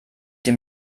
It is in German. dem